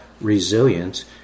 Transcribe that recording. resilience